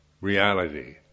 reality